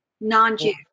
non-Jew